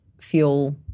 fuel